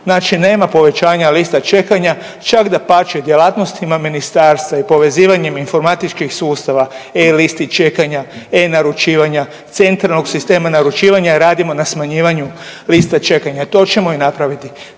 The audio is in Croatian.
Znači nema povećanja lista čekanja, čak dapače djelatnostima ministarstva i povezivanjem informatičkih sustava e-listi čekanja, e-naručivanja, centralnog sistema naručivanja jer radimo na smanjivanju liste čekanja. To ćemo i napraviti.